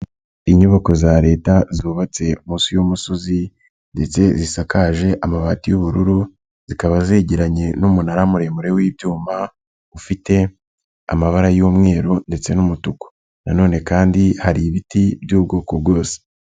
Inyubako za Leta zubatse munsi y'umusozi ndetse zisakaje amabati y'ubururu, zikaba zegeranye n'umunara muremure w'ibyuma ufite amabara y'umweru ndetse n'umutuku. Nanone kandi hari ibiti by'ubwoko bwose.